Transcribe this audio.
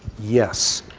yes.